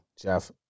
Jeff